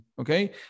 okay